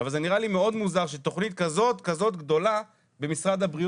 ושיעור הרופאים לנפש בצפון הוא 55 אחוזים בלבד משיעורם